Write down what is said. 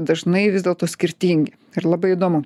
dažnai vis dėlto skirtingi ir labai įdomu